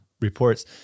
reports